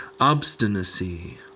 obstinacy